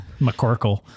McCorkle